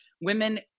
Women